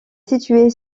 située